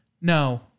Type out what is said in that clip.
no